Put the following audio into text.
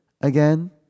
again